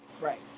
right